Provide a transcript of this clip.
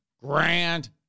grand